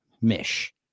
Mish